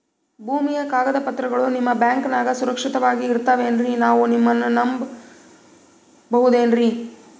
ಭೂಮಿಯ ಕಾಗದ ಪತ್ರಗಳು ನಿಮ್ಮ ಬ್ಯಾಂಕನಾಗ ಸುರಕ್ಷಿತವಾಗಿ ಇರತಾವೇನ್ರಿ ನಾವು ನಿಮ್ಮನ್ನ ನಮ್ ಬಬಹುದೇನ್ರಿ?